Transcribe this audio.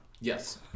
Yes